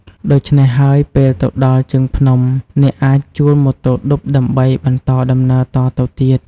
ដូច្នេះហើយ ពេលទៅដល់ជើងភ្នំ អ្នកអាចជួលម៉ូតូឌុបដើម្បីបន្តដំណើរតទៅទៀត។